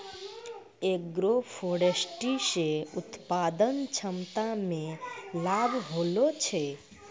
agroforestry से उत्पादन क्षमता मे लाभ होलो छै